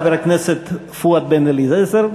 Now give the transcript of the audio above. חבר הכנסת פואד בן-אליעזר,